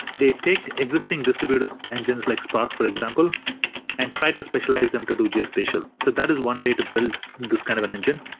they take existing distributed engines like spark for example and try to specialize them to do geospatial. that is one way to build this kind of and engine.